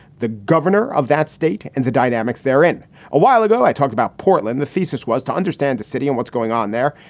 the governor of that state and the dynamics there. in a while ago, i talk about portland. the thesis was to understand the city and what's going on there.